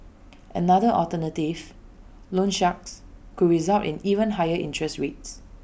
another alternative loan sharks could result in even higher interest rates